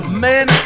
man